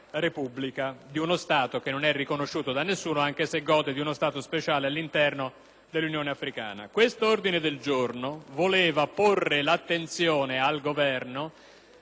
di uno Stato che non è riconosciuto da nessuno, anche se gode di uno *status* speciale all'interno dell'Unione africana. L'ordine del giorno G200 intendeva porre all'attenzione del Governo